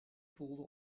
voelde